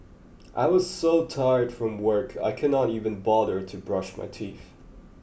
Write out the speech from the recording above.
I was so tired from work I could not even bother to brush my teeth